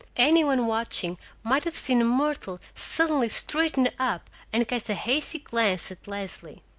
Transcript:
any one watching might have seen myrtle suddenly straighten up and cast a hasty glance at leslie.